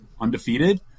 undefeated